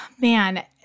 Man